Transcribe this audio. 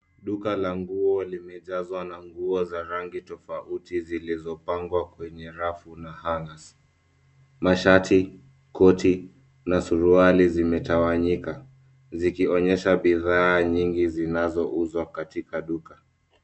Duka la nguo limejazwa na nguo za rangi tofauti zilizopangwa kwenye rafu na hangers . Mashati, koti na suruali zimetawanyika zikionyesha bidhaa nyingi zinazouzwa katika duka.